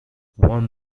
won